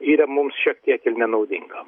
yra mums šiek tiek ir nenaudinga